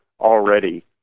already